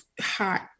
hot